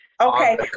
Okay